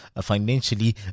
financially